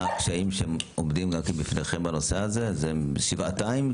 הקשיים שעומדים בפניכם בנושא הזה זה שבעתיים?